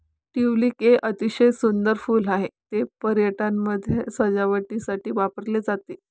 tulip एक अतिशय सुंदर फूल आहे, ते पार्ट्यांमध्ये सजावटीसाठी वापरले जाते